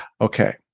okay